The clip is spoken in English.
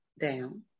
down